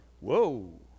Whoa